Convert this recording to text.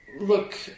look